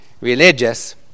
religious